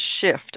shift